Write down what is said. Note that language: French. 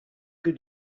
que